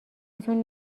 تون